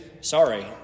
sorry